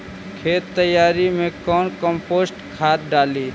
खेत तैयारी मे कौन कम्पोस्ट खाद डाली?